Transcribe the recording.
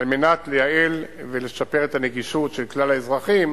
על מנת לייעל ולשפר את הנגישות של כלל האזרחים